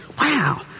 Wow